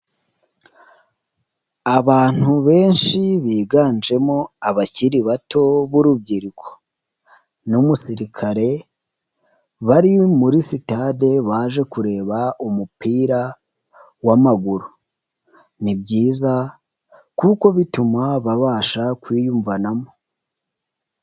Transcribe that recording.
Abantu benshi biganjemo abakiri bato, b'urubyiruko n'umusirikare bari muri sitade, baje kureba umupira w'amaguru, ni byiza kuko bituma babasha kwiyumvanamo.